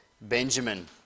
Benjamin